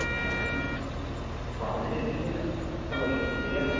ഏട്ടൻ പറഞ്ഞതിനു വലിയ സന്തോഷം ശരിയെന്നാല്